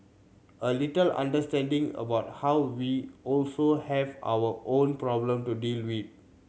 a little understanding about how we also have our own problem to deal with